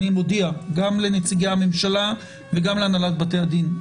אני מודיע, גם לנציגי הממשלה וגם להנהלת בתי הדין.